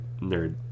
nerd